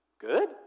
good